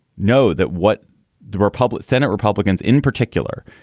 know that what the republic, senate republicans in particular.